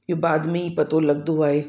इहो बाद में ई पतो लॻंदो आहे